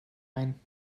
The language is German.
ein